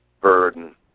burden